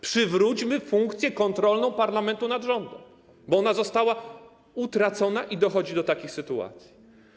Przywróćmy funkcję kontrolną parlamentu nad rządem, bo ona została utracona i dochodzi do takich sytuacji.